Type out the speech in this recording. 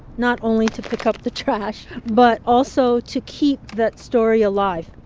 not only to pick up the trash, but also to keep that story alive.